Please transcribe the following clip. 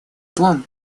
том